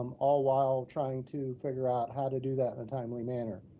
all while trying to figure out how to do that in a timely manner.